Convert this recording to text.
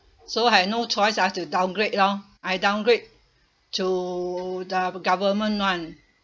so I have no choice I have to downgrade lor I downgrade to the government [one]